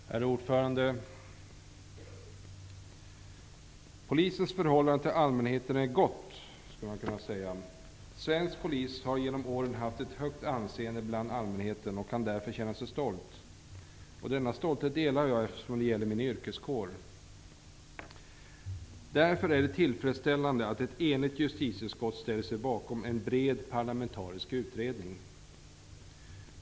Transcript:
Herr talman! Man skulle kunna säga att polisens förhållande till allmänheten är gott. Svensk polis har genom åren haft ett högt anseende hos allmänheten och kan därför känna sig stolt. Jag delar denna stolthet eftersom det gäller min yrkeskår. Därför är det tillfredsställande att ett enigt justitieutskott ställer sig bakom en bred parlamentarisk utredning.